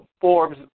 Forbes